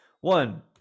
one